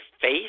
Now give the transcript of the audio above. face